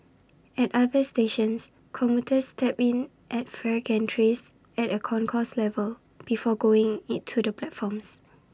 at other stations commuters tap in at fare gantries at A concourse level before going to the platforms